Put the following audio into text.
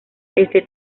este